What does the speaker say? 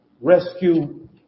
rescue